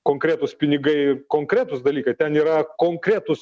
konkretūs pinigai konkretūs dalykai ten yra konkretūs